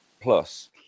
plus